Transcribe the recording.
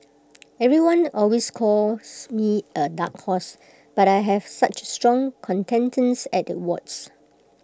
everyone always calls me A dark horse but I have such strong contenders at the awards